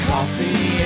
Coffee